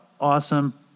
awesome